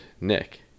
Nick